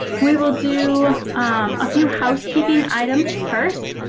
we will do a few housekeeping items first.